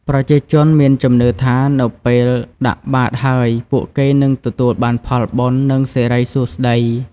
ប្រជាជនមានជំនឿថានៅពេលដាក់បាតហើយ ពួកគេនឹងទទួលបានផលបុណ្យ និងសិរីសួស្ដី។